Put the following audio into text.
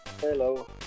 Hello